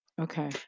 Okay